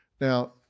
Now